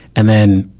and then,